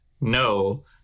no